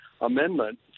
amendment